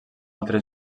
altre